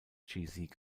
sieg